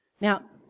Now